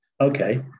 Okay